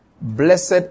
Blessed